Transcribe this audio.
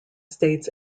states